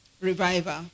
Revival